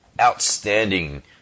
outstanding